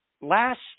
Last